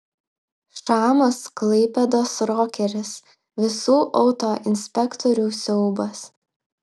šamas klaipėdos rokeris visų autoinspektorių siaubas